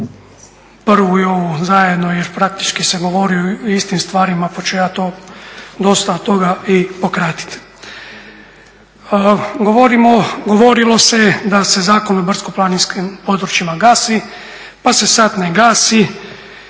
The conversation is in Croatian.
prvu i ovu zajedno jer praktički se govori o istim stvarima pa ću ja to, dosta toga i pokratit. Govorilo se da se Zakon o brdsko-planinskim područjima gasi, pa se sad ne gasi,